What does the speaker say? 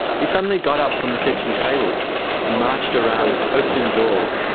he suddenly got up from the kitchen table and marched around opening doors.